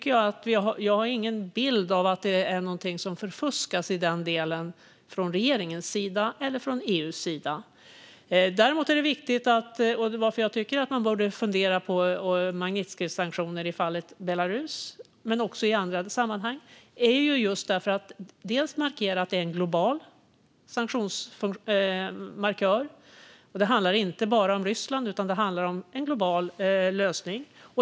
Jag har ingen bild av att detta är någonting som förfuskas i den delen från regeringens eller från EU:s sida. Varför jag tycker att man bör fundera över Magnitskijsanktioner i fallet Belarus men också i andra sammanhang är just för att det är en global sanktionsmarkör. Det handlar inte bara om Ryssland, utan det handlar om en global lösning.